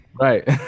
Right